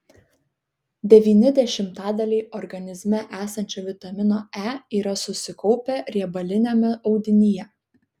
devyni dešimtadaliai organizme esančio vitamino e yra susikaupę riebaliniame audinyje